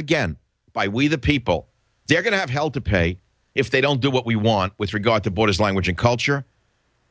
again by we the people they're going to have hell to pay if they don't do what we want with regard to borders language and culture